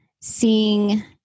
seeing